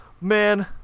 man